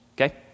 okay